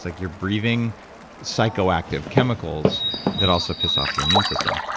like you're breathing psychoactive chemicals that also piss off your immune system.